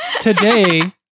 Today